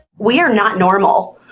we are not normal.